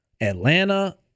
Atlanta